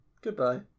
Goodbye